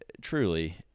truly